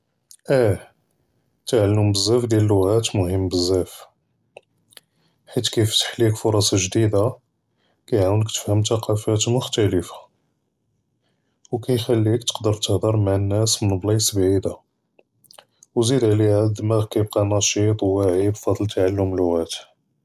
אִיֵה תַעַלֵּם בְּזַאף דִיַאל אֶלְלּוּغات מֻהִימּ בְּזַאף, חֵית כִּיפְתַח לְעַיִק פֻּרְסַא גְ'דִידָה כּיַעְוּנְק תְּפְהַם תַּקַאוּפַאת מֻכְתַלִיפָה, וּכּיִחַלִּיך תְּקַדֵּר תְּהַדַּר מַעַ נַאס מִן בְּלַאצ בְּעִידָה, וּזִיד עֻלֵיהּ דִּמַּאגְּך כּיִبְקَى נָשִׁيط וְוָעִי בִּפְדַע תַעַלֵּּם לְּוּغات.